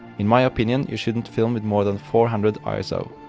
in my opinion you shouldn't film in more than four hundred iso.